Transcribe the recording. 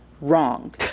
wrong